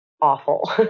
awful